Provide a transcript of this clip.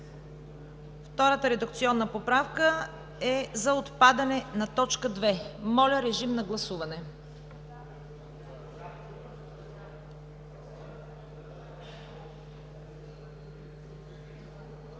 Втората редакционна поправка е за отпадане на т. 2. Моля, режим на гласуване.